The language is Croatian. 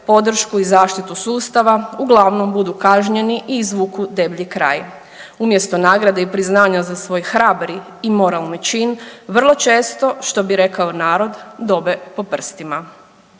podršku i zaštitu sustava uglavnom budu kažnjeni i izvuku deblji kraj. Umjesto nagrade i priznanja za svoj hrabri i moralni čin vrlo često što bi rekao narod dobe po prstima.